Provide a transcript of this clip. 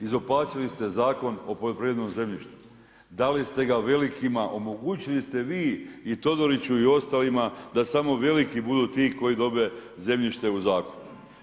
Izopačili ste Zakon o poljoprivrednom zemljištu, dali ste ga velikima, omogućili ste vi i Todoriću i ostalima da samo veliki budu ti koji dobe zemljište u zakup.